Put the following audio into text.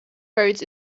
roads